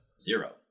Zero